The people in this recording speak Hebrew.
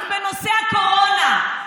רק בנושא הקורונה.